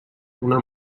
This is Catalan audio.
una